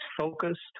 focused